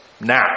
now